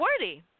worthy